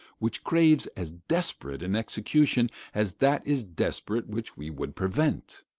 which craves as desperate an execution as that is desperate which we would prevent.